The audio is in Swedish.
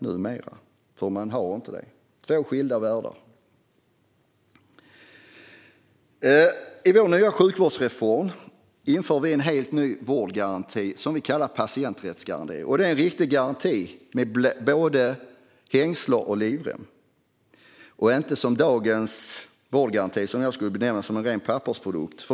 Man har inga köer - två skilda världar. I vår nya sjukvårdsreform inför vi en helt ny vårdgaranti som vi kallar patienträttsgaranti. Det är en riktig garanti med både livrem och hängslen, inte som dagens vårdgaranti som jag skulle benämna som en ren pappersprodukt.